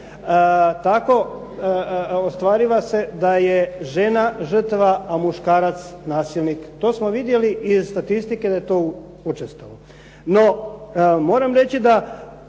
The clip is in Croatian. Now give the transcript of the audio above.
tako ostvariva se da je žena žrtva a muškarac nasilnik. To smo vidjeli iz statistike da je to učestalo. No, moram reći da